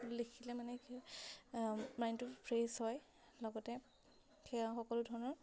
লিখিলে মানে কি মাইণ্ডটো ফ্ৰেছ হয় লগতে সেই সকলো ধৰণৰ